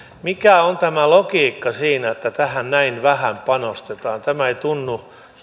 mikä on tämä logiikka siinä että tähän näin vähän panostetaan tämä ei tunnu